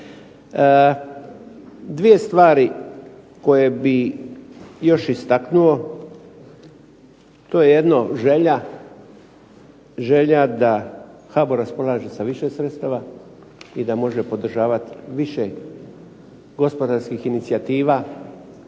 Dvije stvari koje bih još istaknuo. To je jedno želja da HBOR raspolaže sa više sredstava i da može podržavati više gospodarskih inicijativa,